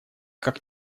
как